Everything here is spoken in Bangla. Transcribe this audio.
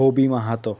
অভি মাহাতো